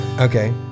Okay